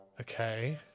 Okay